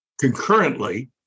concurrently